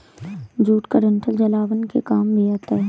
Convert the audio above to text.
jute का डंठल जलावन के काम भी आता है